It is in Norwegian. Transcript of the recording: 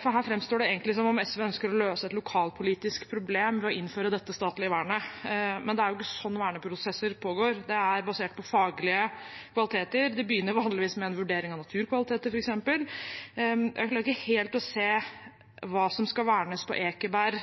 For her framstår det egentlig som om SV ønsker å løse et lokalpolitisk problem ved å innføre dette statlige vernet. Det er imidlertid ikke slik verneprosesser pågår, det er basert på faglige kvaliteter. Det begynner vanligvis med en vurdering av naturkvaliteter, f.eks. Jeg klarer ikke helt å se hva som skal vernes på Ekeberg